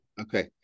Okay